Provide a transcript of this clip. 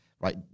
Right